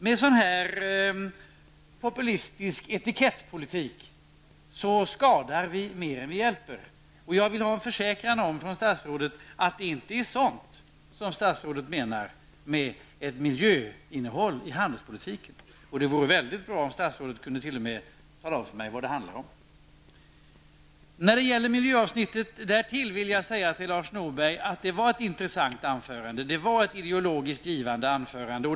Med en sådan här populistisk etikettspolitik skadar vi mer än vi hjälper. Jag vill att statsrådet försäkrar att det inte är sådant som statsrådet menar med miljöinnehållet i handelspolitiken. Det vore mycket bra om statsrådet t.o.m. kunde tala om för mig vad det handlar om. När det gäller miljöavsnittet vill jag säga till Lars Norberg att det var ett ideologiskt givande anförande.